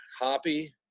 hoppy